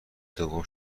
دوم